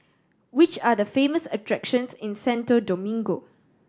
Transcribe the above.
which are the famous attractions in Santo Domingo